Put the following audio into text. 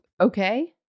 okay